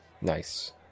Nice